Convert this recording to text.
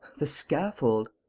the scaffold.